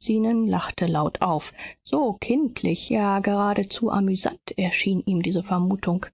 zenon lachte laut auf so kindlich ja geradezu amüsant erschien ihm diese vermutung